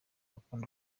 akunda